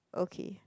okay